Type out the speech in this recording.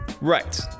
Right